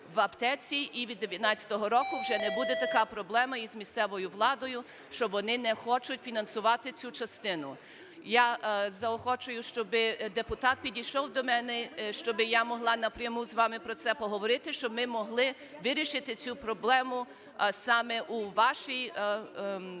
в аптеці. І від 19-го року вже не буде така проблема із місцевою владою, що вони не хочуть фінансувати цю частину. Я заохочую, щоби депутат підійшов до мене, щоби я могла напряму з вами про це поговорити, щоб ми могли вирішити цю проблему саме у вашій дільниці,